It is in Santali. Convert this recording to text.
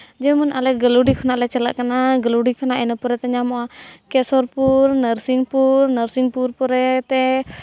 ᱡᱮᱢᱚᱱ ᱟᱞᱮ ᱜᱟᱹᱞᱩᱰᱤ ᱠᱷᱚᱱᱟᱜ ᱞᱮ ᱪᱟᱞᱟᱜ ᱠᱟᱱᱟ ᱜᱟᱹᱞᱩᱰᱤ ᱠᱷᱚᱱᱟᱜ ᱤᱱᱟᱹ ᱯᱚᱨᱮ ᱛᱮ ᱧᱟᱢᱚᱜᱼᱟ ᱠᱮᱥᱚᱨᱯᱩᱨ ᱱᱟᱨᱥᱤᱝᱯᱩᱨ ᱱᱟᱨᱥᱤᱝᱯᱩᱨ ᱯᱚᱨᱮᱛᱮ